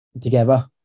together